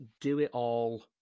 do-it-all